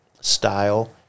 style